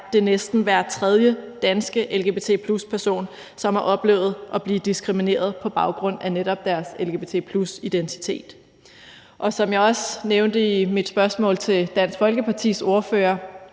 er det næsten hver tredje danske lgbt+-person, som har oplevet at blive diskrimineret på baggrund af netop deres lgbt+-identitet. Som jeg også nævnte i mit spørgsmål til Dansk Folkepartis ordfører,